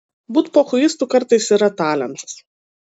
būt pochuistu kartais yra talentas